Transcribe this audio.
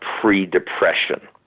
pre-depression